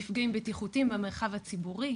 מפגעים בטיחותיים במרחב הציבורי,